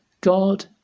God